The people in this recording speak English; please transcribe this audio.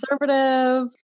conservative